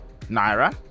naira